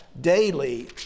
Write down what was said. daily